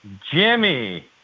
Jimmy